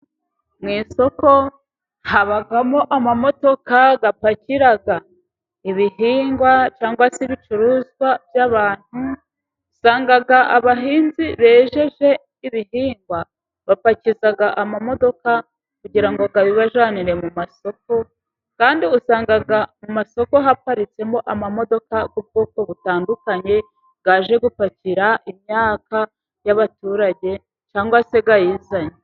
Mu isoko, habamo imodoka ipakira ibihingwa cyangwa se ibicuruzwa by’abantu. Usanga abahinzi bejeje ibihingwa, bapakiza imodoka kugira ngo babibajyanire mu isoko. Kandi usanga mu isoko, haparitsemo imodoka z’ubwoko butandukanye, zaje gupakira imyaka y’abaturage cyangwa se iyizanye.